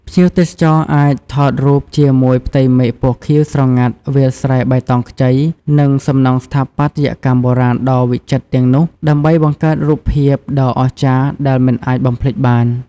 ភ្ញៀវទេសចរអាចថតរូបជាមួយផ្ទៃមេឃពណ៌ខៀវស្រងាត់ វាលស្រែបៃតងខ្ចី និងសំណង់ស្ថាបត្យកម្មបុរាណដ៏វិចិត្រទាំងនោះដើម្បីបង្កើតរូបភាពដ៏អស្ចារ្យដែលមិនអាចបំភ្លេចបាន។